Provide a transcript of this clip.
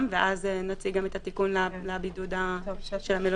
ואז גם נציג את התיקון לבידוד של המלוניות?